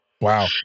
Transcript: Wow